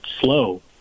slow